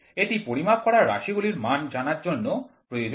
এটি পরিমাপ করা রাশি গুলির মান জানার জন্য প্রয়োজন হয়